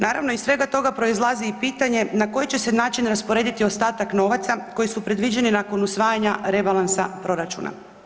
Naravno iz svega toga proizlazi i pitanje na koji će se način rasporediti ostatak novaca koji su predviđeni nakon usvajanja rebalansa proračuna?